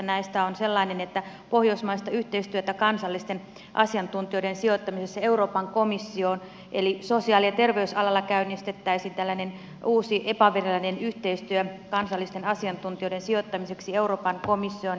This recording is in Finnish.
näistä on sellainen että tehtäisiin pohjoismaista yhteistyötä kansallisten asiantuntijoiden sijoittamisessa euroopan komissioon eli sosiaali ja terveysalalla käynnistettäisiin uusi epävirallinen yhteistyö kansallisten asiantuntijoiden sijoittamiseksi euroopan komissioon